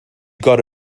got